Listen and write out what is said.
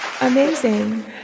amazing